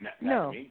No